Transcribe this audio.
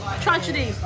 Tragedy